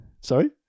Sorry